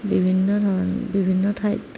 বিভিন্ন ধৰণ বিভিন্ন ঠাইত